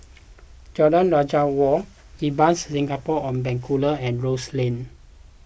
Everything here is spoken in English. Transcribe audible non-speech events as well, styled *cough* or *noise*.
*noise* Jalan Raja *noise* Wali Ibis Singapore on Bencoolen and Rose Lane